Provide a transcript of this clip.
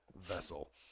vessel